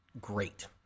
great